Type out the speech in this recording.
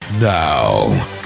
Now